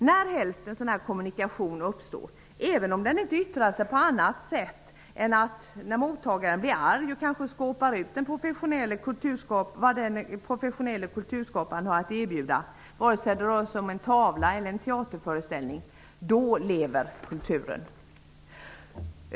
Närhelst en kommunikation uppstår -- även om den inte yttrar sig på annat sätt än att mottagaren blir arg och skåpar ut det som den professionelle kulturskaparen har att erbjuda, vare sig det rör sig om en tavla eller en teaterföreställning -- då lever kulturen.